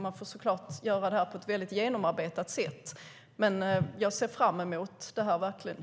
Man får såklart göra det här på ett genomarbetat sätt. Jag ser verkligen fram emot det.